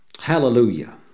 Hallelujah